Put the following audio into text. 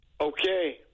Okay